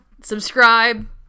Subscribe